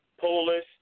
Polish